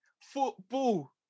football